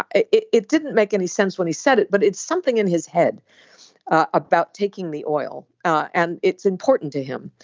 ah it it didn't make any sense when he said it but it's something in his head about taking the oil. and it's important to him.